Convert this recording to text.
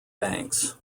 banks